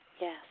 Yes